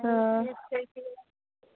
हां